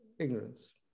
Ignorance